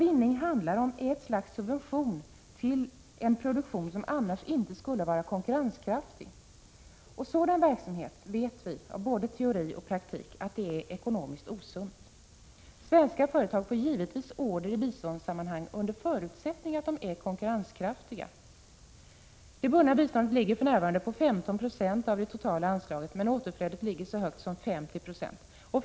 Bindning handlar om ett slags subvention till en produktion som annars inte skulle vara konkurrenskraftig. Sådan verksamhet är — det vet vi genom både teori och praktik — ekonomiskt osund. Svenska företag får givetvis order i biståndssammanhang under förutsättning att de är konkurrenskraftiga. Det bundna biståndet ligger för närvarande på 15 90 av det totala anslaget, men återflödet ligger så högt som 50 26.